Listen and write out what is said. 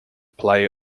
play